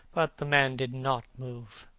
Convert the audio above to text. but the man did not move.